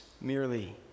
merely